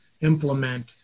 implement